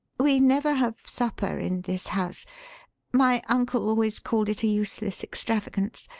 we never have supper in this house my uncle always called it a useless extravagance.